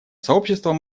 сообщество